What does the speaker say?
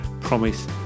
promise